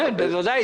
כן, בוודאי.